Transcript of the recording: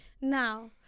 Now